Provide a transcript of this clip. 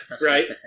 Right